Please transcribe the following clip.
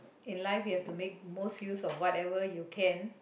in life you have to make most use of whatever you can